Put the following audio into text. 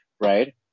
right